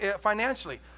financially